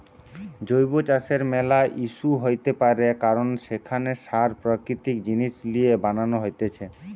জৈব চাষের ম্যালা ইস্যু হইতে পারে কারণ সেখানে সার প্রাকৃতিক জিনিস লিয়ে বানান হতিছে